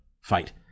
fight